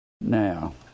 now